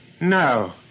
No